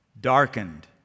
darkened